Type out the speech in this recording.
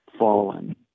fallen